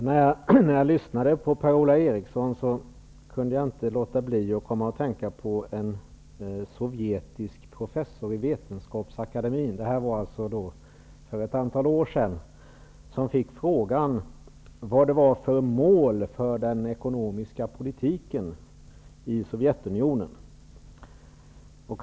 Herr talman! När jag lyssnade på Per-Ola Eriksson kom jag att tänka på en sovjetisk professor vid vetenskapsakademin som fick frågan vad målet var för den ekonomiska politiken i Sovjetunionen.